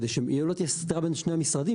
כדי שלא תהיה סתירה בין שני המשרדים,